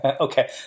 Okay